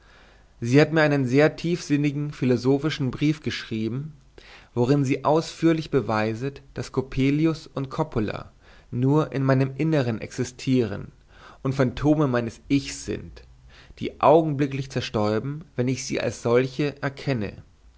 sie hat mir einen sehr tiefsinnigen philosophischen brief geschrieben worin sie ausführlich beweiset daß coppelius und coppola nur in meinem innern existieren und phantome meines ichs sind die augenblicklich zerstäuben wenn ich sie als solche erkenne